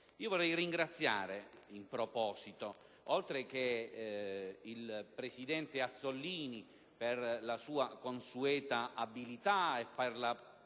Vorrei ringraziare in proposito, oltre che il presidente Azzollini, per la consueta abilità e